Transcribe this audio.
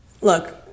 look